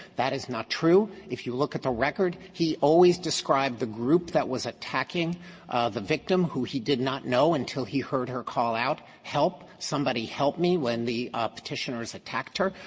that is not true. if you look at the record, he always described the group that was attacking the victim who he did not know until he heard her call out, help, somebody help me, when the ah petitioners attacked her.